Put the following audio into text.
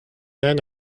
then